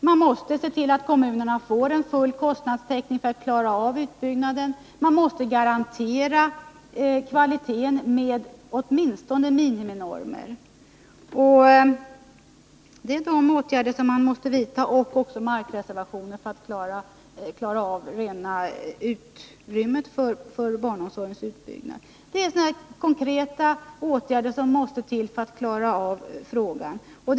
Man måste se till att kommunerna får full kostnadstäckning för att klara utbyggnaden. Man måste garantera kvaliteten med åtminstone miniminormer. Det är de åtgärderna man måste vidta. Det gäller också markreservationer för att klara utrymmet för barnomsorgens utbyggnad. Det är sådana här konkreta åtgärder som måste till för att man skall klara problemen.